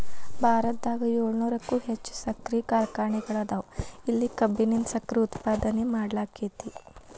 ಭಾರತದಾಗ ಏಳುನೂರಕ್ಕು ಹೆಚ್ಚ್ ಸಕ್ಕರಿ ಕಾರ್ಖಾನೆಗಳದಾವ, ಇಲ್ಲಿ ಕಬ್ಬಿನಿಂದ ಸಕ್ಕರೆ ಉತ್ಪಾದನೆ ಮಾಡ್ಲಾಕ್ಕೆತಿ